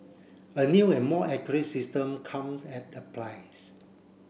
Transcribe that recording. a new and more accurate system comes at a price